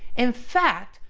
in fact,